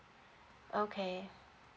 okay